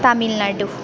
Tamil Nadu